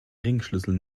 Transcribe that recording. ringschlüssel